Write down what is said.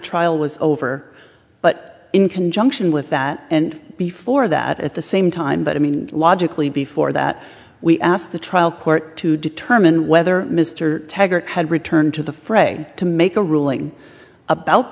trial was over but in conjunction with that and before that at the same time but i mean logically before that we asked the trial court to determine whether mr taggart had returned to the fray to make a ruling about